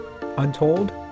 Untold